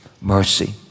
mercy